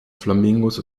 flamingos